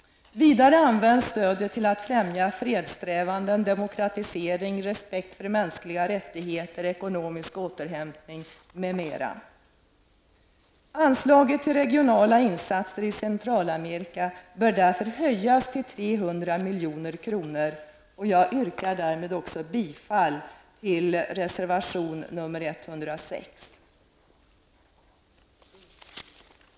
Vidare används stödet till att främja fredssträvanden, demokratisering, respekt för mänskliga rättigheter, ekonomisk återhämtning m.m. Anslaget till regionala insatser i Centralamerika bör därför höjas till 300 milj.kr. Jag yrkar därmed också bifall till reservation nr 106.